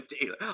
Taylor